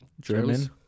German